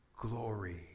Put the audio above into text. glory